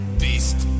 beast